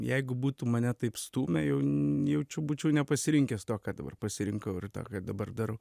jeigu būtų mane taip stūmę jau jaučiu būčiau nepasirinkęs to ką dabar pasirinkau ir tą ką dabar darau